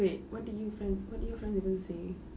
wait what did you friend what did your friends didn't say